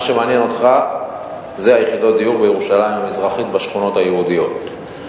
מה שמעניין אותך זה יחידות הדיור בשכונות היהודיות בירושלים המזרחית.